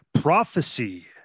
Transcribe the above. prophecy